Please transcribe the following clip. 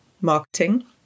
marketing